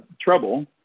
trouble